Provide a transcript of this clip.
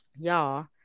Y'all